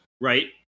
right